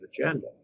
agenda